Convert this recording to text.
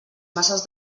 masses